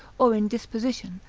or in disposition,